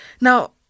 Now